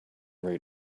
read